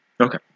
Okay